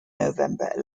november